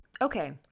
Okay